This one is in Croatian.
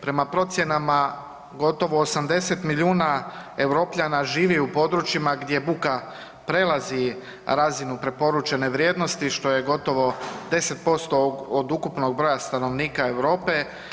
Prema procjenama, gotovo 80 milijuna Europljana živi u područjima gdje buka prelazi razinu preporučene vrijednosti, što je gotovo 10% od ukupnog broja stanovnika Europe.